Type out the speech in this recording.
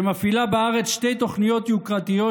שמפעילה בארץ שתי תוכניות יוקרתיות,